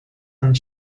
and